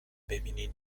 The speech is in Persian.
ببینین